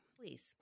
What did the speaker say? please